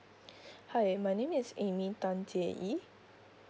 hi my name is amy tan jie ee